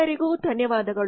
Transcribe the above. ಎಲ್ಲರಿಗೂ ಧನ್ಯವಾದಗಳು